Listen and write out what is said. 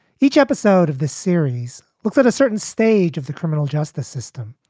each episode of the series looks at a certain stage of the criminal justice system,